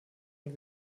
und